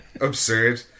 absurd